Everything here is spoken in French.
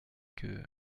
que